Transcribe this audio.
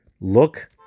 look